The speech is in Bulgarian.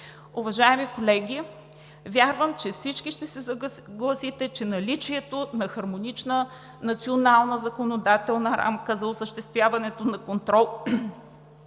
Уважаеми колеги, вярвам, че всички ще се съгласите, че наличието на хармонична национална законодателна рамка за осъществяването на контрол